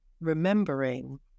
remembering